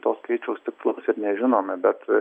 to skaičiaus tikslaus ir nežinome bet